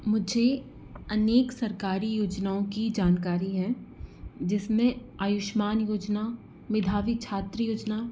मुझे अनेक सरकारी योजनाओं की जानकारी है जिसमें आयुष्मान योजना मेधावी छात्र योजना